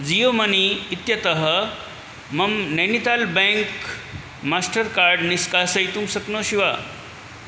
Jio money इत्यतः मम Nainital bank Mastercard निष्कासयितुं शक्नोषि वा